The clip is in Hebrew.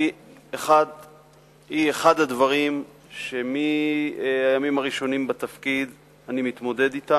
היא אחד הדברים שמהימים הראשונים בתפקיד אני מתמודד אתם.